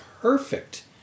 perfect